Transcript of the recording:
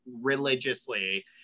religiously